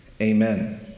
amen